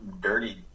dirty